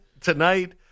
tonight